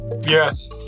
Yes